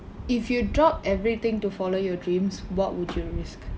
if you drop everything to follow your dreams what would you risk